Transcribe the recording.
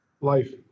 Life